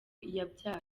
yabyaye